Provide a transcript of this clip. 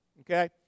Okay